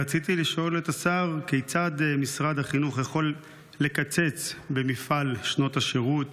רצוני לשאול: 1. כיצד משרד החינוך יכול לקצץ במפעל שנות השירות